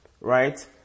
right